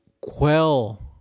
quell